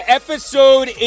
episode